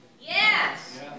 Yes